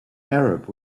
arab